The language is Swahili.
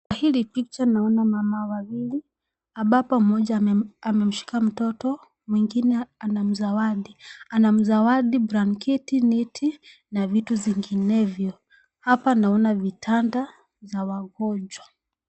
Hii ni picha ambapo naona mama wawili, ambapo mmoja amemshika mtoto, mwingine anamzawadi. Anamzawadi blanketi, neti na vitu zingine. Hapa naona vitanda za wagonjwa.